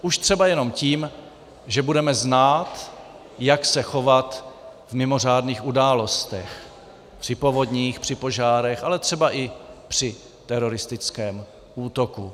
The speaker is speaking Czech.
Už třeba jenom tím, že budeme znát, jak se chovat v mimořádných událostech při povodních, při požárech, ale třeba i při teroristickém útoku.